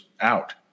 out